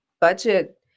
budget